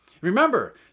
Remember